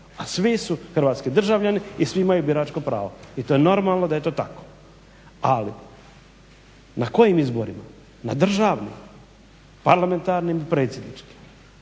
a svi su hrvatski državljani i svi imaju biračko pravo. I to je normalno da je to tako. Ali na kojim izborima? Na državnim, parlamentarnim, predsjedničkim.